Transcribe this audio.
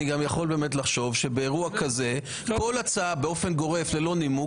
אני גם יכול באמת לחשוב שבאירוע כזה כל הצעה באופן גורף ללא נימוק,